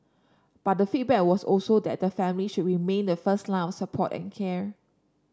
but the feedback was also that the family should remain the first line of support and care